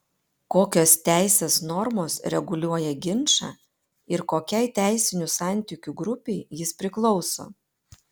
kokios teisės normos reguliuoja ginčą ir kokiai teisinių santykių grupei jis priklauso